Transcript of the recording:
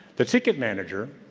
the ticket manager,